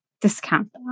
discount